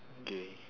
gay